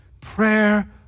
prayer